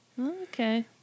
Okay